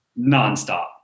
nonstop